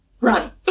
right